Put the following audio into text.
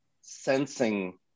sensing